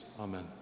amen